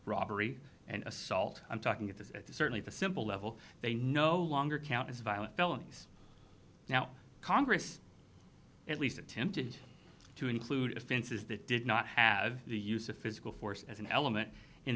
robbery and assault i'm talking it is certainly the simple level they no longer count as violent felonies now congress at least attempted to include offenses that did not have the use of physical force as an element in